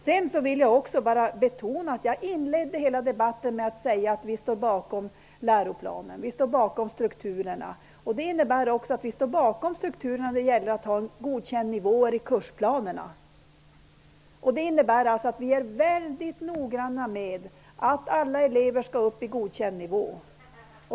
Jag vill också påpeka att jag inledde hela debatten med att säga att vi står bakom läroplanens struktur. Det innebär också att vi står bakom den i fråga om de godkända nivåerna i kursplanerna. Detta betyder att vi är mycket noga med att alla elever skall komma upp i godkänd nivå.